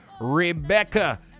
Rebecca